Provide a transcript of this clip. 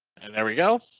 and there we go.